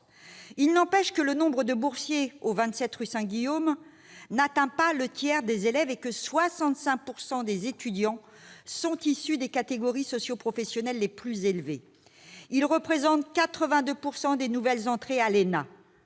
pas moins que le nombre de boursiers du 27 rue Saint-Guillaume n'atteint pas le tiers des élèves et que 65 % des étudiants sont issus des catégories socioprofessionnelles les plus élevées. Ces derniers représentent 82 % des nouvelles entrées à l'ENA